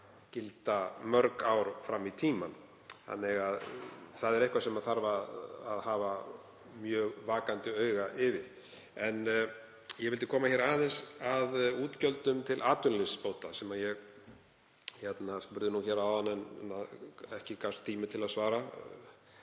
að gilda mörg ár fram í tímann þannig að það er eitthvað sem þarf að hafa mjög vakandi auga með. Ég vildi koma aðeins að útgjöldum til atvinnuleysisbóta sem ég spurði um áðan en ekki gafst tími til að svara.